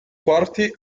quarti